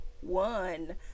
one